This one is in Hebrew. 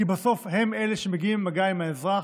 כי בסוף הם אלה שמגיעים למגע עם האזרח,